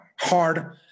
hard